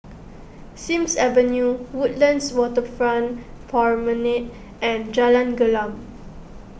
Sims Avenue Woodlands Waterfront Promenade and Jalan Gelam